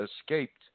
escaped